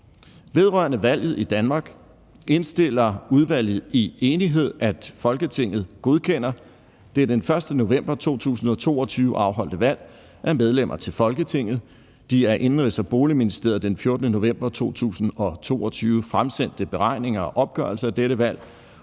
Vedrørende valget i Danmark indstiller udvalget i enighed, at Folketinget godkender det den 1. november 2022 afholdte valg af medlemmer til Folketinget, de af Indenrigs- og Boligministeriet den 14. november 2022 fremsendte beregninger og opgørelse af dette valg